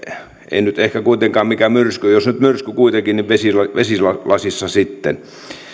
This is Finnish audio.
ei nyt ehkä kuitenkaan mikään myrsky jos nyt myrsky kuitenkin niin vesilasissa sitten mutta